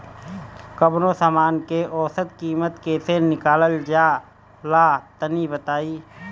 कवनो समान के औसत कीमत कैसे निकालल जा ला तनी बताई?